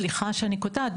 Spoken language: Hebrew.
סליחה שאני קוטעת,